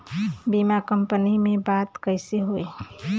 बीमा कंपनी में बात कइसे होई?